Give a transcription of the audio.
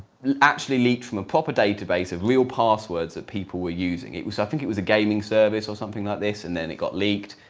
actually leaked from a proper database of real passwords that people were using. it was i think it was a gaming service or something like this and then it got leaked.